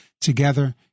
together